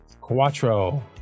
Quattro